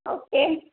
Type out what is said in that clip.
okay